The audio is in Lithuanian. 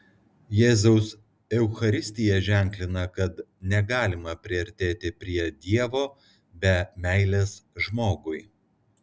jėzaus eucharistija ženklina kad negalima priartėti prie dievo be meilės žmogui